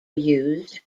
used